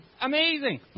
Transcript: amazing